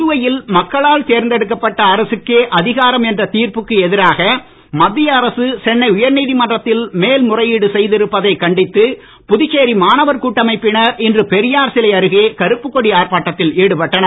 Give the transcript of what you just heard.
புதுவையில் மக்களால் தேர்ந்தெடுக்கப்பட்ட அரசுக்கே அதிகாரம் என்ற தீர்ப்புக்கு எதிராக மத்திய அரசு சென்னை உயர்நீதிமன்றத்தில் மேல் முறையீடு செய்திருப்பதை கண்டித்து புதுச்சேரி மாணவர் கூட்டமைப்பினர் இன்று பெரியார் சிலை அருகே கருப்புக் கொடி ஆர்ப்பாட்டத்தில் ஈடுபட்டனர்